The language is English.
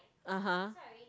(uh huh)